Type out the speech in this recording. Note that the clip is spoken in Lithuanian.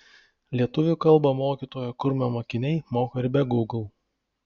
lietuvių kalbą mokytojo kurmio mokiniai moka ir be gūgl